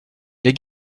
les